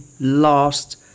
last